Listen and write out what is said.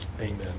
Amen